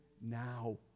now